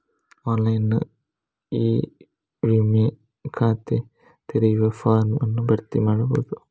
online e ವಿಮಾ ಖಾತೆ ತೆರೆಯುವ ಫಾರ್ಮ್ ಅನ್ನು ಭರ್ತಿ ಮಾಡಬಹುದು